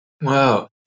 Wow